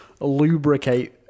lubricate